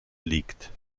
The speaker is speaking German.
liegt